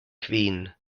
kvin